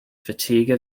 fatigue